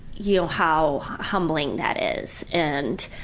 you know, how humbling that is and,